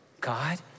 God